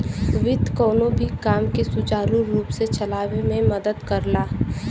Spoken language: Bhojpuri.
वित्त कउनो भी काम के सुचारू रूप से चलावे में मदद करला